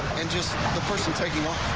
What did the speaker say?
and just the person taking off.